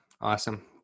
Awesome